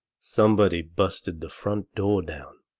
somebody busted the front door down.